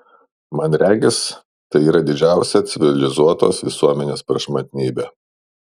man regis tai yra didžiausia civilizuotos visuomenės prašmatnybė